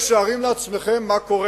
לפני